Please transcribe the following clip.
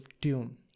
tune